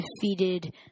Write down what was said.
defeated